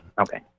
okay